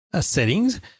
settings